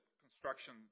construction